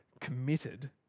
committed